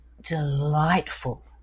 delightful